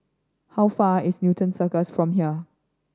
how far is Newton Cirus from here